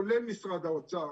כולל משרד האוצר,